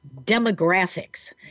demographics